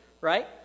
right